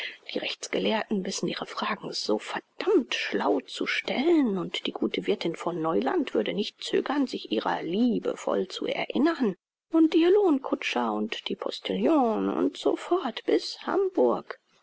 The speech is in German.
die rechtsgelehrten wissen ihre fragen so verdammt schlau zu stellen und die gute wirthin von neuland würde nicht zögern sich ihrer liebevoll zu erinnern und ihr lohnkutscher und die postillone und so fort bis hamburg